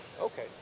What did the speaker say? Okay